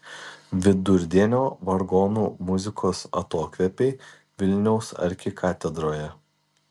vidurdienio vargonų muzikos atokvėpiai vilniaus arkikatedroje